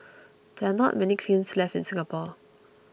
there are not many kilns left in Singapore